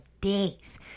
days